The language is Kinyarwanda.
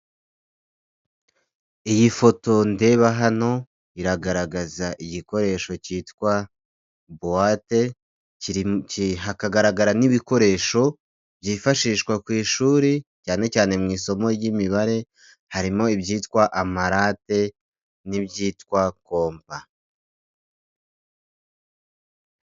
Iyi foto ndeba hano, iragaragaza igikoresho cyitwa bowate, hakagaragara n'ibikoresho by'ifashishwa ku ishuri cyane cyane mu isomo ry'imibare, harimo ibyitwa amarate n'ibyitwa kopa.